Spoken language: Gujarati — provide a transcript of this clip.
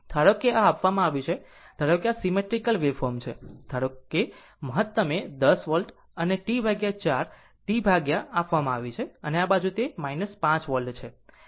ધારો કે આ આપવામાં આવ્યું છે ધારો કે આ સીમેટ્રીકલ વેવફોર્મ છે ધારો કે મહત્તમે 10 વોલ્ટ અને T 4 T આપવામાં આવી છે અને આ બાજુ તે 5 વોલ્ટ છે આ 10 વોલ્ટ છે